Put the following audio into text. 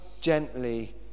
gently